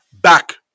back